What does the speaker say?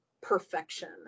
perfection